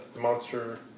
Monster